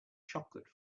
chocolate